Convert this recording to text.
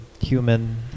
human